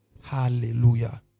Hallelujah